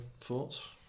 thoughts